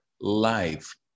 life